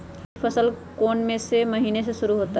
खरीफ फसल कौन में से महीने से शुरू होता है?